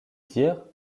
dire